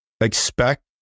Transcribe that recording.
Expect